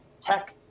tech